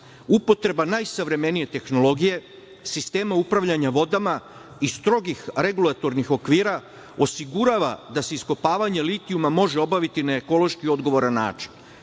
Upotreba najsavremenije tehnologije, sistema upravljanja vodama i strogih regulatornih okvira osigurava da se iskopavanje litijuma može obaviti na ekološki odgovoran način.